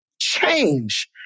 change